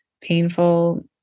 painful